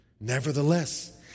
Nevertheless